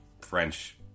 French